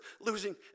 losing